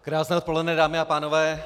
Krásné odpoledne, dámy a pánové.